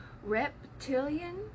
Reptilian